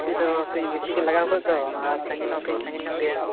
ᱠᱟᱹᱣᱰᱤᱫᱚ ᱠᱟᱹᱡ ᱵᱮᱥᱤᱜᱮ ᱞᱟᱜᱟᱣ ᱠᱚᱜ ᱫᱚ ᱟᱨ ᱥᱟᱸᱜᱤᱧ ᱦᱚᱸ ᱠᱟᱹᱡ ᱥᱟᱸᱜᱤᱧ ᱧᱚᱜ ᱜᱮᱭᱟ